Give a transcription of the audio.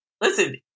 listen